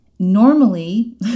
Normally